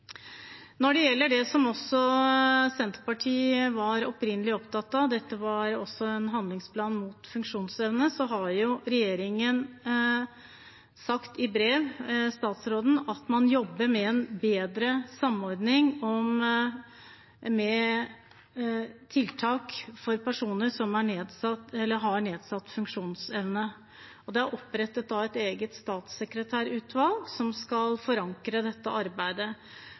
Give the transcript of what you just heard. Når det gjelder at Senterpartiet opprinnelig var opptatt av at handlingsplanen også skulle omfatte diskriminering på grunn av nedsatt funksjonsevne, har regjeringen sagt i brev fra statsråden at man jobber med en bedre samordning av tiltak for personer med nedsatt funksjonsevne. Det er opprettet et eget statssekretærutvalg som skal forankre dette arbeidet.